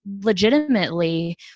legitimately